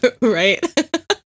Right